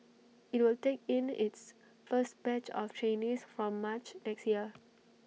IT will take in its first batch of trainees from March next year